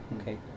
okay